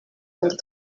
wanjye